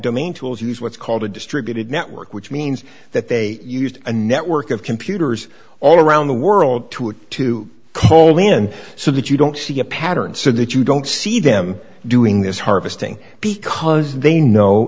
domain tools use what's called a distributed network which means that they used a network of computers all around the world to it to colin so that you don't see a pattern so that you don't see them doing this harvesting because they know